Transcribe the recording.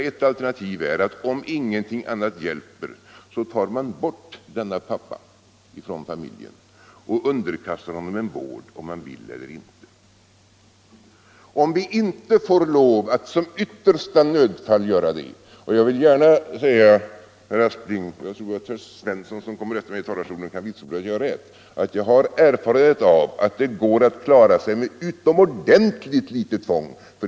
Ett alternativ är att om ingenting annat hjälper ta bort denna pappa ifrån familjen och underkasta honom en vård, oavsett om han vill eller inte. Det räcker om vi bara får lov att göra detta i yttersta nödfall. och jag vill gärna säga herr Aspling — jag tror att herr Svensson i Kungälv som kommer efter mig i talarstolen kan vitsorda att jag har rätt — att jag har erfarenhet av att man kan klara sig med utomordentligt litet tvång.